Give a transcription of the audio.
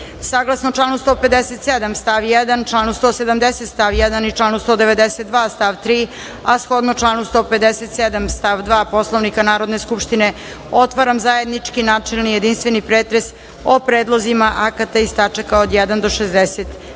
članu 157. stav 1. članu 170. stav 1. i članu 192. stav 3, a shodno članu 157. stav 2. Poslovnika Narodne skupštine otvaram zajednički načelni i jedinstveni pretres o predlozima akata iz tačaka od 1. do 60.